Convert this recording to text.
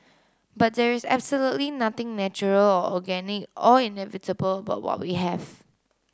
but there is absolutely nothing natural or organic or inevitable about what we have